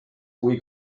kui